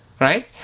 Right